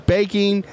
Baking